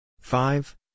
Five